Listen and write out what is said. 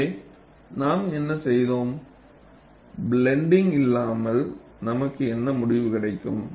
எனவே நாம் என்ன செய்வோம் பிளன்டிங்க் இல்லாமல் நமக்கு என்ன முடிவு கிடைக்கும்